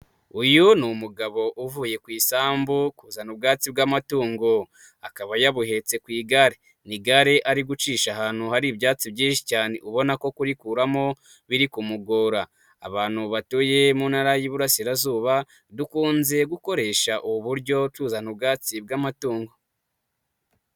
uyu ni umugabo uvuye ku isambu kuzana ubwatsi bw'amatungo, akaba yabuhetse ku igare, ni igare ari gucisha ahantu hari ibyatsi byinshi cyane, ubona ko kurikuramo biri kumugora. Abantu batuye mu ntara y'iburasirazuba, dukunze gukoresha ubu buryo tuzana ubwatsi bw'amatungo.